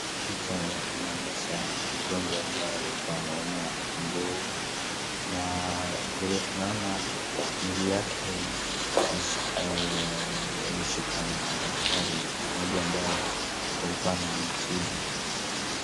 Picha inaonyesha mgonjwa ambaye alikuwa anaumwa mguu, na vile tunaona mguu yake imeshikwa na daktari maybe ambaye alikuwa anamtibu.